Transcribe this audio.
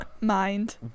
mind